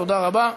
תודה רבה.